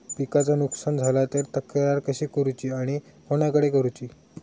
पिकाचा नुकसान झाला तर तक्रार कशी करूची आणि कोणाकडे करुची?